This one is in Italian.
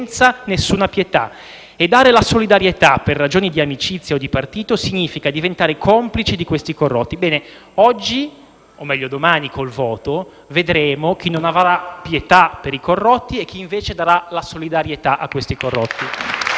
E dare la solidarietà, per ragioni di amicizia o di partito, significa diventare complici di questi corrotti». Bene oggi o, meglio, domani con il voto vedremo chi non avrà pietà per i corrotti e chi, invece, darà la solidarietà ai corrotti.